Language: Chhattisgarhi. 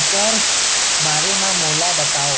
एकर बारे म मोला बताव?